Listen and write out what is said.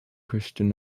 christian